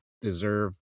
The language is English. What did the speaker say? deserve